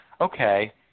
okay